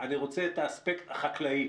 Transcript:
אני רוצה את האספקט החקלאי,